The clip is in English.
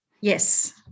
Yes